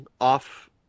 off